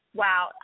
wow